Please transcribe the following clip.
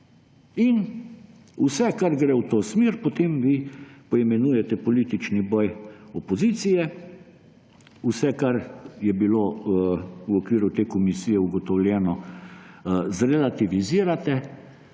Vse, kar gre v to smer, potem vi poimenujete politični boj opozicije, vse, kar je bilo v okviru te komisije ugotovljeno, zrelativizirate